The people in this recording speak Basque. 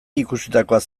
ikusitakoak